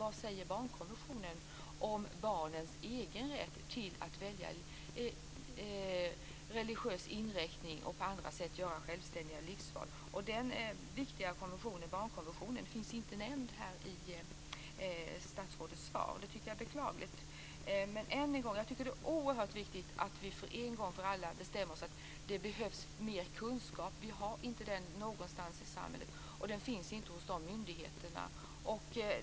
Vad säger barnkonventionen om barnens egen rätt till att välja religiös inriktning och på andra sätt göra självständiga livsval? Denna viktiga konvention, barnkonventionen, finns inte nämnd här i statsrådets svar, och det tycker jag är beklagligt. Än en gång: Jag tycker att det är oerhört viktigt att vi en gång för alla bestämmer oss för att det behövs mer kunskap. Vi har inte den någonstans i samhället, och den finns inte hos dessa myndigheter.